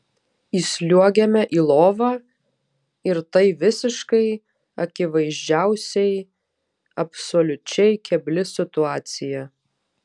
įsliuogiame į lovą ir tai visiškai akivaizdžiausiai absoliučiai kebli situacija